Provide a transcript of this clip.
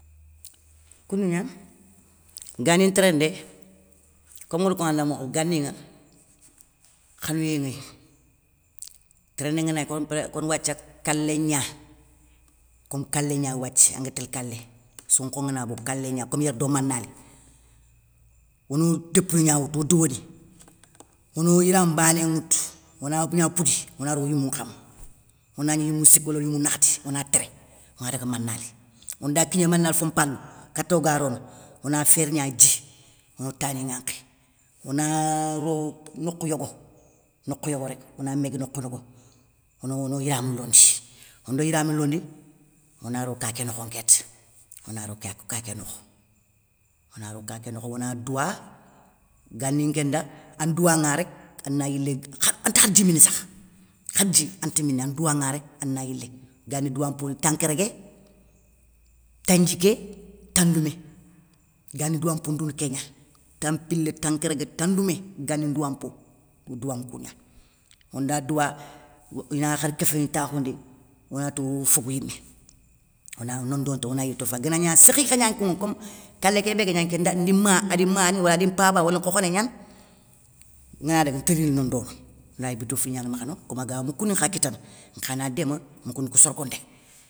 Koundou gnani, gani ntéréndé, komi ngari konŋa da mokhobé, ganiŋa khanouyé nŋéy. téréndé ngana gni ké oni pré kom wathia gna, kom kalé gna wathia anŋa télé kalé, sonkho ngana bogou, kalégna kom yér do manayéli, ono topouni gna woutou odouwoni, ono yiran mbané woutou, ona gna foudi ona ro o yimou nkama, onagni yimou siki wala yimou nakhati, ona téré odaga manayéli. Onda kigné manayéli fompalou, kato ga rono, ona fér gna dji ono tani ŋwankhi, ona ro, nokhou yogo, nokhou yogo rék ona még nokhou yogo, ono yiramou londi, ondo yiramou londi, ona ro kaké nokhonŋa kéta, ona ro kaké nokho, ona ro kaké nokho, ona douwa, gani nkén nda na douwanŋa rek ana yilé ante khar dji mini sakh, khar dji anta mini a, douwaŋa rek, ana yilé. Gani douwa mpo ni tankergué, tandjiké, tandoumé, gani douwampo ndou ni kégna, tampilé, tankergué tandoumé, gani ndouwampo, odouwanŋe kougna. Onda douwa, ina khar kéfé ntakhoundi, onati o fogou yimé, ona nondono nta ona yilé to falé. Gana gna sékhikhagna kounŋa kom kalékébé ga gna nké ndima adi mani wala di mpaba wala nkhokhoné gnane, ngana daga nti rini nondono, lay bito fili gana makha no komaga moukouni nkha kitana, nkhana déma moukouni kou sorgondé ŋa.